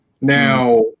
Now